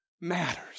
matters